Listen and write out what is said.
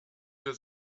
mir